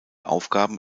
aufgaben